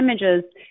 images